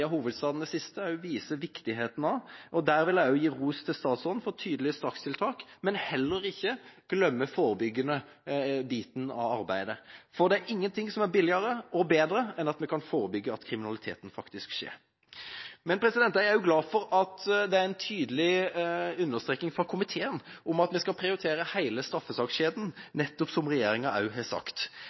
viktigheten av. Der vil jeg gi ros til statsråden for tydelige strakstiltak, men vi må heller ikke glemme den forebyggende biten av arbeidet, for det er ingenting som er billigere og bedre enn å forebygge at kriminaliteten faktisk skjer. Men jeg er glad for at det fra komiteens side er en tydelig understreking av at vi skal prioritere hele straffesakskjeden, akkurat som regjeringa har sagt.